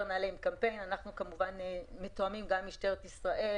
אנחנו כמובן מתואמים עם משטרת ישראל,